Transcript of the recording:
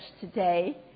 today